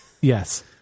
Yes